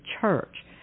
Church